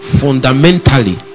fundamentally